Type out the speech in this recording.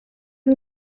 hem